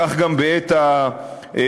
כך גם בעת החידוש,